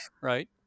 Right